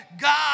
God